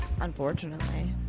Unfortunately